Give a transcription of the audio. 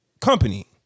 company